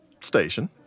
station